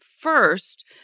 first